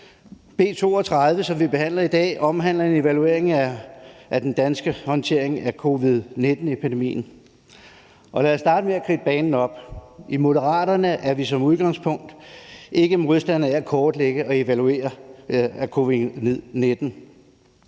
B 32, som vi behandler i dag, omhandler en evaluering af den danske håndtering af covid-19-epidemien. Lad os starte med at kridte banen op: I Moderaterne er vi som udgangspunkt ikke modstandere af at kortlægge og evaluere